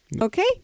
okay